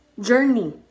journey